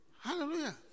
hallelujah